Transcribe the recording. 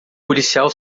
policial